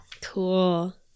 Cool